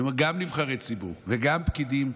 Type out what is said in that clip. גם נבחרי ציבור וגם פקידים,